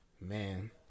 Man